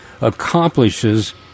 accomplishes